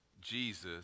Jesus